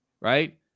right